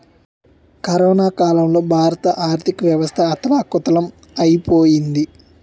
corona కాలంలో భారత ఆర్థికవ్యవస్థ అథాలకుతలం ఐపోయింది